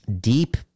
deep